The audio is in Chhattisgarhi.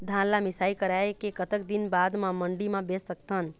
धान ला मिसाई कराए के कतक दिन बाद मा मंडी मा बेच सकथन?